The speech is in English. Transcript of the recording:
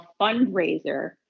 fundraiser